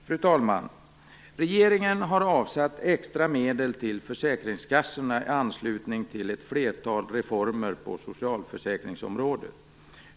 Fru talman! Regeringen har avsatt extra medel till försäkringskassorna i anslutning till ett flertal reformer på socialförsäkringsområdet.